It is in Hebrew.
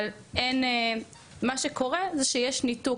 אבל מה שקורה זה שיש ניתוק,